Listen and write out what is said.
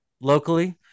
locally